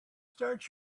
start